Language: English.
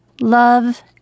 love